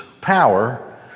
power